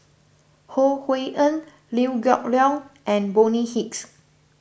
Ho Hui An Liew Geok Leong and Bonny Hicks